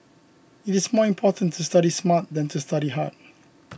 it is more important to study smart than to study hard